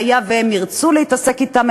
והיה והם ירצו להתעסק אתם,